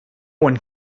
one